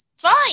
Fine